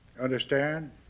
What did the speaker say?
Understand